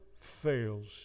fails